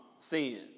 Sin